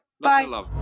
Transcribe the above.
bye